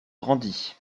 grandit